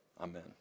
Amen